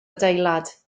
adeilad